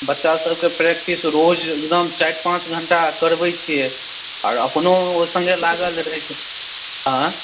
बच्चा सबके प्रैकटिस रोज एकदम चारि पाँच घन्टा करबै छियै आ अपनहुँ ओहि सङ्गे लागल रहै छियै आँ